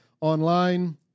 online